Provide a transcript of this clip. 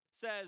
says